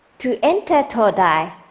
to enter todai,